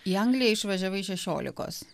į angliją išvažiavai šešiolikos